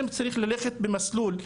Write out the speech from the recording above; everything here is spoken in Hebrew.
הבדואי.